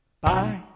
Bye